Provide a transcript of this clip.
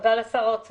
הוא הודה לסגן השר.